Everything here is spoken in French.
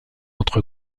entre